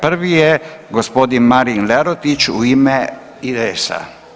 Prvi je g. Marin Lerotić u ime IDS-a.